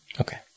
Okay